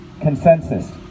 consensus